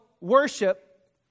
worship